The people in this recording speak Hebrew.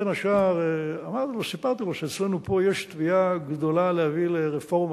בין השאר סיפרתי לו שאצלנו פה יש תביעה גדולה להביא לרפורמה,